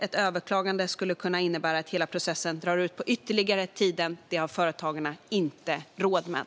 Ett överklagande skulle kunna innebära att hela processen drar ut ytterligare på tiden. Det har företagarna inte råd med.